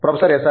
professor S